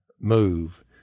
move